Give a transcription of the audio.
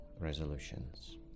resolutions